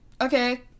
okay